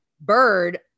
bird